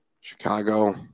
Chicago